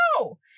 no